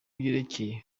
yerekeye